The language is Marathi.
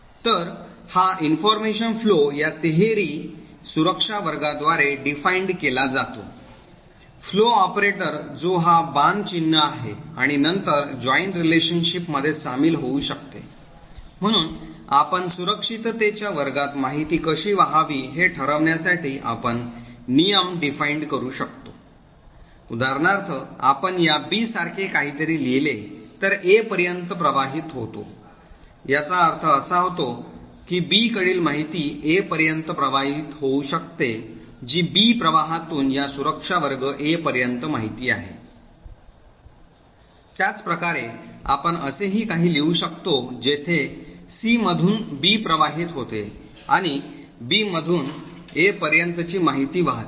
तर हा माहिती प्रवाह या तिहेरी सुरक्षा वर्गाद्वारे परिभाषित केला जातो फ्लो ऑपरेटर जो हा बाण चिन्ह आहे आणि नंतर जॉईन रेलशनशिप मध्ये सामील होऊ शकते म्हणून आपण सुरक्षिततेच्या वर्गात माहिती कशी वाहावी हे ठरवण्यासाठी आपण नियम परिभाषित करू शकतो उदाहरणार्थ आपण या B सारखे काहीतरी लिहिले तर A पर्यंत प्रवाहित होतो याचा अर्थ असा होतो की B कडील माहिती A पर्यंत प्रवाहित होऊ शकते जी B प्रवाहातून या सुरक्षा वर्ग A पर्यंत माहिती आहे त्याचप्रकारे आपण असेही काही लिहू शकतो जेथे C मधून B प्रवाहित होते आणि Bमधून A पर्यंतची माहिती वाहते